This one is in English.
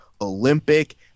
olympic